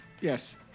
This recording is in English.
Yes